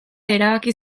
erabaki